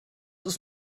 ist